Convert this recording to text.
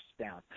down